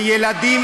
הילדים